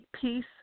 peace